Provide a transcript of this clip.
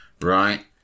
Right